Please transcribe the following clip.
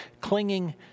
clinging